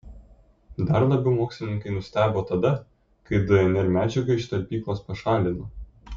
dar labiau mokslininkai nustebo tada kai dnr medžiagą iš talpyklos pašalino